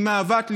עם אהבת ליבו.